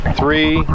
three